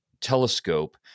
telescope